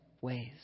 ways